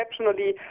exceptionally